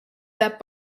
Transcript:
that